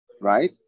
right